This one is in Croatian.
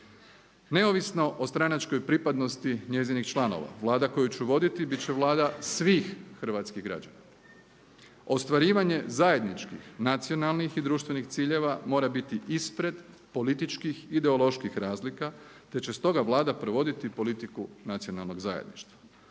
Neovisno o stranačkoj pripadnosti njezinih članova Vlada koju ću voditi bit će Vlada svih hrvatskih građana. Ostvarivanje zajedničkih, nacionalnih i društvenih ciljeva mora biti ispred političkih i ideoloških razlika te će stoga Vlada provoditi politiku nacionalnog zajedništva.